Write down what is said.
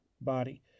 body